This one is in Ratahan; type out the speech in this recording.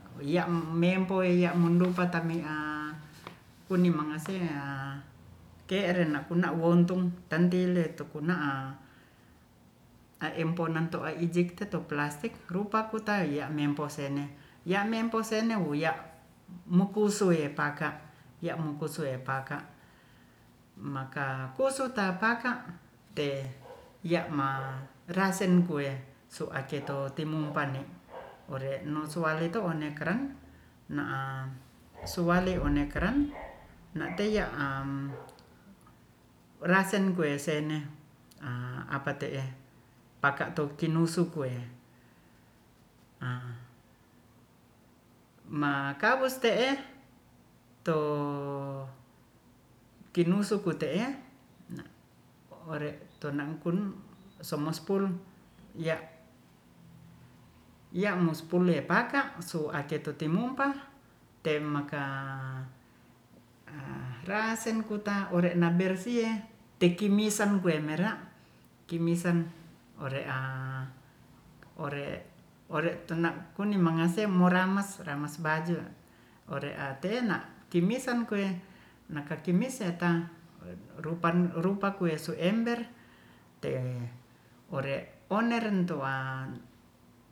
Wiya'mempo ya'mundung pata'mi'a kunnimangase'a ke'ren nakuna wontung tantile tukuna'a aemponan tu'aijik tetu'pelastik rupa kuta ya'mempo sene ya'mempo sene wuya'mokusuepaka ya'mokusuwepaka maka kosuta paka te'ya'ma rasen kuwe su'aketo timumpane ore'no sualeto one'kran na'a suale one kran na'te ya'am rasen kuesene'a apa'te'e pakatukinusu kue a ma'kawus te'e to kinusu ku te'e na'ore tunangkun somo spul ya'- mo spule paka su ake tutimumpa te'maka a rasen kuta ore'na bersi'e tekimisan kue mera' kimisan ore'a ore' tuni mongase moramas-ramas baju ore'a te'ena timisan koe nakakimis se'ta rupan rupa kue suember te'ore'oneren tu'an